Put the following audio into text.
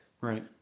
Right